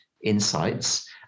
Insights